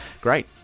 great